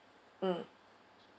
mm